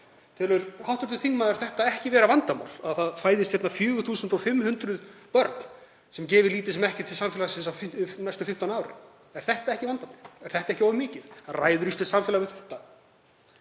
Telur hv. þingmaður það ekki vera vandamál að hér fæðist 4.500 börn sem gefa lítið sem ekkert til samfélagsins á næstu 15 árum? Er þetta ekki vandamál? Er þetta ekki of mikið? Ræður íslenskt samfélag við þetta?